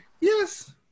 Yes